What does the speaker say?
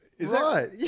Right